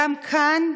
גם כאן,